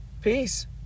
Peace